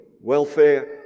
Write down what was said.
Welfare